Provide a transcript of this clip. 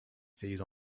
sees